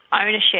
ownership